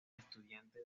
estudiantes